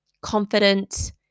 confident